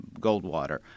Goldwater